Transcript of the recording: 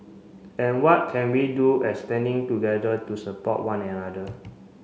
and what can we do as standing together to support one another